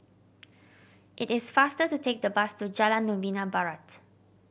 it is faster to take the bus to Jalan Novena Barat